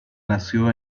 nació